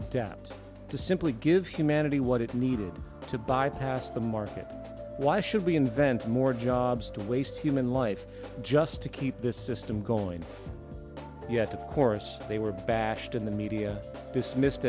adapt to simply give humanity what it needed to bypass the market why should we invent more jobs to waste human life just to keep this system going yet of course they were bashed in the media dismissed